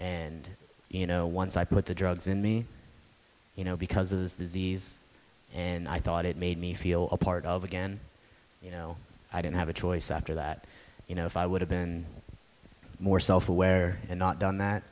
and you know once i put the drugs in me you know because of this disease and i thought it made me feel a part of again you know i didn't have a choice after that you know if i would have been more self aware and not done that